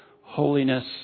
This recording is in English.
holiness